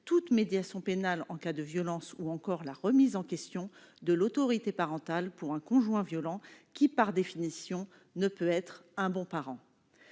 toute médiation pénale en cas de violence, ou encore la remise en question de l'autorité parentale pour un conjoint violent, qui, par définition, ne peut être un bon parent.